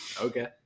okay